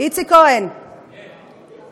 איציק כהן, כן?